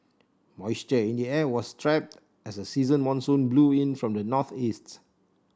moisture in the air was trapped as a season monsoon blew in from the northeast